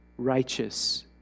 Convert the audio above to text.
righteous